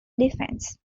defense